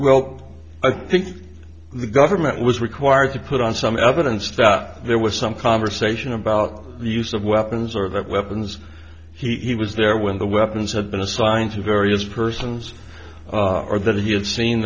well i think the government was required to put on some evidence that there was some conversation about the use of weapons or that weapons he was there when the weapons had been assigned to various persons or that